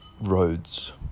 roads